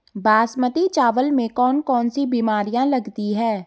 बासमती चावल में कौन कौन सी बीमारियां लगती हैं?